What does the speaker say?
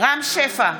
רם שפע,